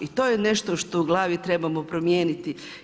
I to je nešto što u glavi trebamo promijeniti.